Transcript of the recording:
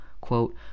quote